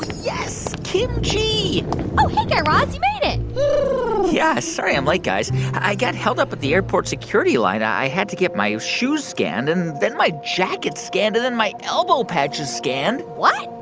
yes, kimchi oh, hey, guy raz. you made it yeah. sorry i'm late, guys. i got held up at the airport security line. i had to get my shoes scanned and then my jacket scanned and then my elbow patches scanned what?